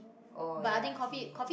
oh ya tea